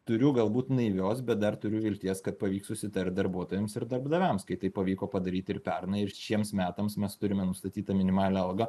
turiu galbūt naivios bet dar turiu vilties kad pavyks susitart darbuotojams ir darbdaviams kai tai pavyko padaryt ir pernai ir šiems metams mes turime nustatytą minimalią algą